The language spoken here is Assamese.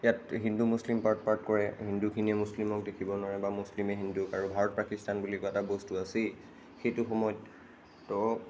ইয়াত হিন্দু মুছলিম পাৰ্ট পাৰ্ট কৰে হিন্দুখিনিয়ে মুছলিমক দেখিব নোৱাৰে বা মুছলিমে হিন্দুক আৰু ভাৰত পাকিস্তান বুলিতো এটা বস্তু আছেই সেইটো সময়ত তো